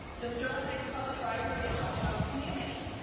the sterling heights public library is all about community.